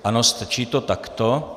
Ano, stačí to takto.